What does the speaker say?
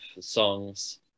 songs